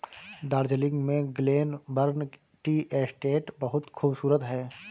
दार्जिलिंग में Glenburn tea estate बहुत खूबसूरत है